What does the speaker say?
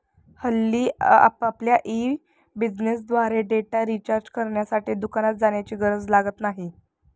हल्ली आपल्यला ई बिझनेसद्वारे डेटा रिचार्ज करण्यासाठी दुकानात जाण्याची गरज लागत नाही